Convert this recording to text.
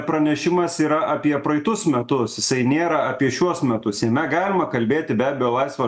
pranešimas yra apie praeitus metus jisai nėra apie šiuos metus jame galima kalbėti be abejo laisva